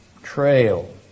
Trail